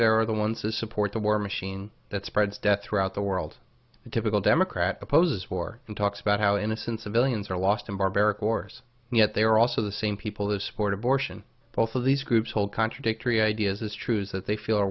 there are the ones who support the war machine that spreads death throughout the world the typical democrat opposes war and talks about how innocent civilians are lost in barbaric wars yet they are also the same people who support abortion both of these groups hold contradictory ideas is true is that they feel are